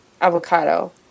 Avocado